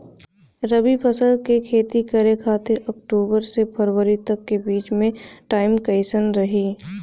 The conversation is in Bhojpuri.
रबी फसल के खेती करे खातिर अक्तूबर से फरवरी तक के बीच मे टाइम कैसन रही?